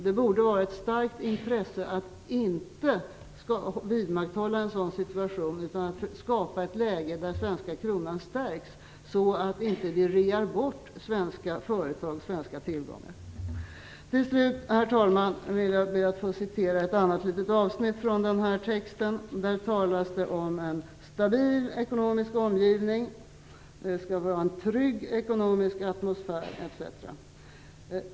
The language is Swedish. Det borde vara ett starkt intresse att inte vidmakthålla en sådan situation utan skapa ett läge där den svenska kronan stärks så att vi inte rear bort svenska företag och svenska tillgångar. Till slut, herr talman, ber jag att få citera ett annat litet avsnitt från texten. Där talas om en "stabil ekonomisk omgivning". Det skall vara en "trygg ekonomisk atmosfär", etc.